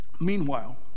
Meanwhile